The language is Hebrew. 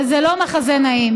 וזה לא מחזה נעים.